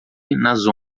nas